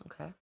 Okay